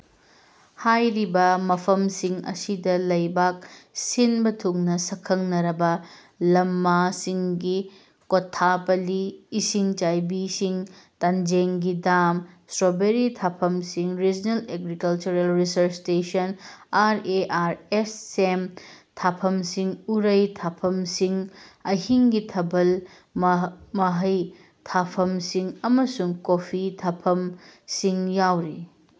ꯍꯥꯏꯔꯤꯕ ꯃꯐꯝꯁꯤꯡ ꯑꯁꯤꯗ ꯂꯩꯕꯥꯛ ꯁꯤꯟꯕ ꯊꯨꯡꯅ ꯁꯛꯈꯪꯅꯔꯕ ꯂꯝꯃꯥꯁꯤꯡꯒꯤ ꯀꯣꯊꯥꯄꯜꯂꯤ ꯏꯁꯤꯡ ꯆꯥꯏꯕꯤꯁꯤꯡ ꯇꯥꯟꯖꯦꯡꯒꯤ ꯗꯥꯝ ꯁ꯭ꯔꯣꯕꯦꯔꯤ ꯊꯥꯐꯝꯁꯤꯡ regional agricultural research station R A R S ꯁꯦꯝ ꯊꯥꯐꯝꯁꯤꯡ ꯎꯔꯩ ꯊꯥꯐꯝꯁꯤꯡ ꯑꯍꯤꯡꯒꯤ ꯊꯥꯕꯜ ꯃꯍꯩ ꯊꯥꯐꯝꯁꯤꯡ ꯑꯃꯁꯨꯡ ꯀꯣꯐꯤ ꯊꯥꯐꯝꯁꯤꯡ ꯌꯥꯎꯔꯤ